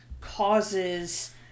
causes